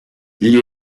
gli